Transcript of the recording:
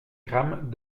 grammes